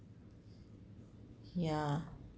ya